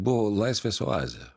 buvo laisvės oazė